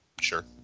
Sure